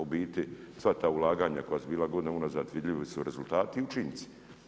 U biti, sva ta ulaganja koja su bila godinama unazad vidljivi su rezultati i učinci.